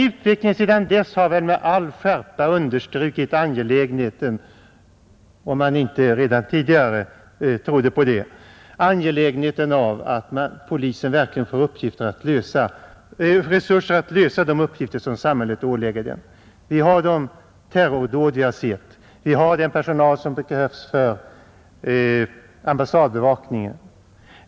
Utvecklingen sedan dess har väl med all skärpa understrukit angelägenheten — om man inte redan tidigare trodde på den — av att polisen verkligen får resurser att klara de uppgifter som samhället ålägger den. Vi har fått uppleva politiska terrordåd. Vi har kraven på personal för ambassadbevakningen.